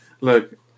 Look